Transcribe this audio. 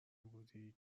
بودی